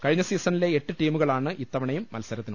കഴിഞ്ഞ സീസണിലെ എട്ട് ടീമുകളാണ് ഇത്തവണയും മത്സര ത്തിന്